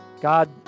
God